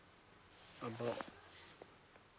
about